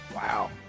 Wow